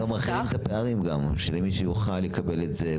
גם מרחיבים את הפערים גם, שלמי שיוכל לקבל את זה.